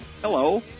Hello